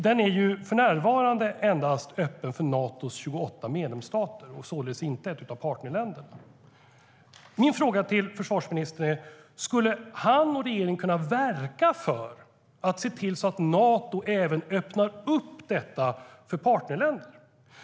VJTF är för närvarande öppen endast för Natos 28 medlemsstater, och således inte för partnerländerna. Min fråga till försvarsministern är: Skulle han och regeringen kunna verka för att se till att Nato även öppnar det för partnerländerna?